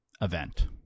event